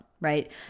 right